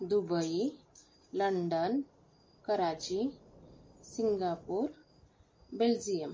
Dubai London Karachi Singapore Belgium